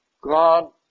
God